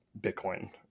Bitcoin